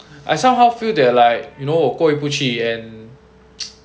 I somehow feel there like you know 过意不去 and